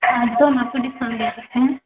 हाँ तो हम आपको डिस्काउंट दे सकते हैं